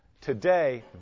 today